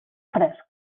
fresc